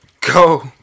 Go